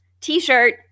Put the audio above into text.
T-shirt